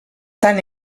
tant